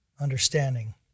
understanding